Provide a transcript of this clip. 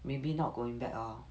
maybe not going back lor